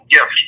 Yes